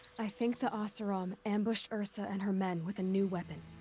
i think the oseram. ambushed ersa and her men with a new weapon.